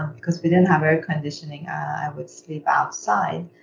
and because we didn't have air conditioning, i would sleep outside.